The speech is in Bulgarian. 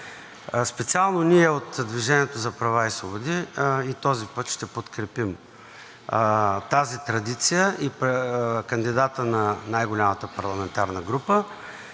Специално ние от „Движение за права и свободи“ и този път ще подкрепим тази традиция – кандидата на най-голямата парламентарна група.